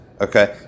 okay